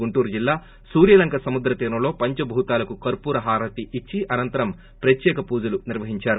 గుంటూరు జిల్లా సూర్వలంక సముద్ర తీరంలో పంచభూతాలకు కర్పూర హారతి ఇచ్చి అనంతరం ప్రత్యేక పూజలు నిర్వహించారు